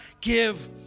give